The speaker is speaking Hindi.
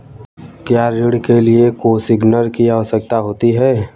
क्या ऋण के लिए कोसिग्नर की आवश्यकता होती है?